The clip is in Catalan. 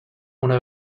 una